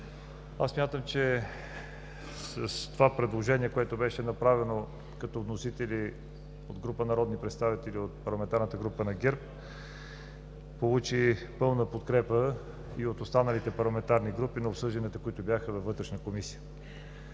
представители! Това предложение, което беше направено с вносители група народни представители от парламентарната група на ГЕРБ, получи пълна подкрепа и от останалите парламентарни групи на обсъжданията във Вътрешната комисия.